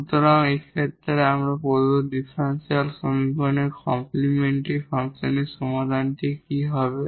সুতরাং এই ক্ষেত্রে প্রদত্ত ডিফারেনশিয়াল সমীকরণের কমপ্লিমেন্টরি ফাংশনটির সমাধান কী হবে